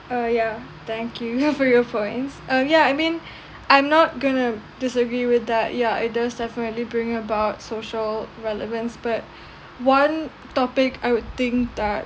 uh yeah thank you yeah for your points uh yeah I mean I'm not going to disagree with that yeah it does definitely bring about social relevance but one topic I would think that